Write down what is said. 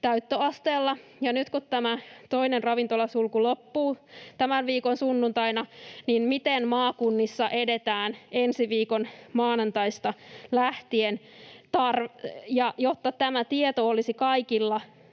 täyttöasteella. Nyt kun tämä toinen ravintolasulku loppuu tämän viikon sunnuntaina, niin miten maakunnissa edetään ensi viikon maanantaista lähtien? Jotta tämä tieto olisi kaikilla